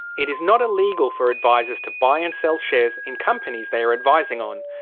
it is not illegal for advisers to buy and sell shares in companies they are advising on.